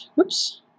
Oops